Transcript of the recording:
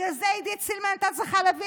ובגלל זה עידית סילמן הייתה צריכה להביא